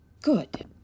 Good